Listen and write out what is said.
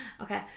Okay